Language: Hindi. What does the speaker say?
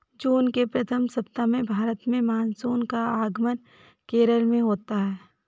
जून के प्रथम सप्ताह में भारत में मानसून का आगमन केरल में होता है